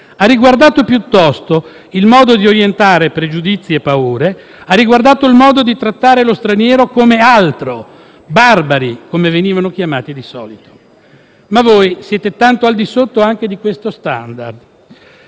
ha riguardato piuttosto il modo di orientare pregiudizi e paure; ha riguardato il modo di trattare lo straniero come «altro»: barbari, come venivano chiamati di solito. Ma voi siete tanto al di sotto anche di questo *standard*.